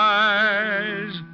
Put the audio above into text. eyes